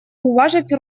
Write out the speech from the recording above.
уважить